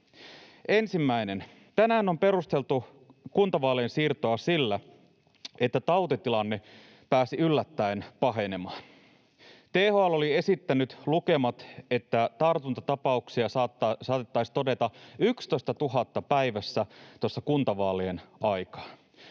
Ensimmäinen: Tänään on perusteltu kuntavaalien siirtoa sillä, että tautitilanne pääsi yllättäen pahenemaan. THL oli esittänyt lukemat, että tartuntatapauksia saatettaisiin todeta 11 000 päivässä tuossa kuntavaalien aikaan.